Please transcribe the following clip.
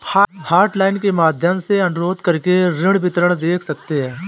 hotline के माध्यम से अनुरोध करके ऋण विवरण देख सकते है